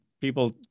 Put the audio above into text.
people